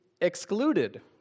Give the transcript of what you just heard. excluded